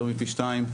יותר מפי שתיים,